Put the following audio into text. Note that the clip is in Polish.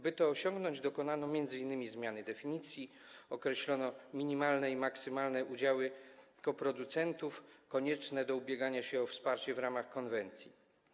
By to osiągnąć, dokonano m.in. zmiany definicji, określono minimalne i maksymalne udziały koproducentów konieczne do ubiegania się o wsparcie w ramach konwencji.